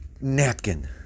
napkin